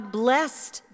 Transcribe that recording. blessed